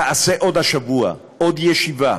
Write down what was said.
תעשה עוד השבוע עוד ישיבה.